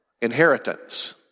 inheritance